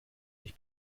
mich